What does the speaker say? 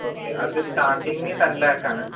okay അത് starting ten lakh ആണ്